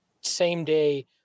same-day